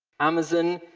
amazon,